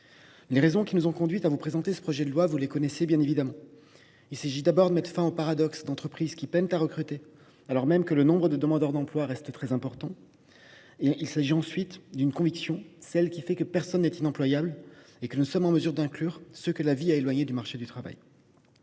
Les raisons qui nous ont conduits à vous présenter ce projet de loi, vous les connaissez. Il s’agit d’abord de mettre fin au paradoxe d’entreprises qui peinent à recruter alors même que le nombre de demandeurs d’emploi reste très important. Ce texte repose ensuite sur la conviction que personne n’est inemployable et que nous sommes en mesure d’inclure ceux que la vie a éloignés du marché du travail.